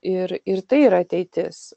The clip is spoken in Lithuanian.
ir ir tai yra ateitis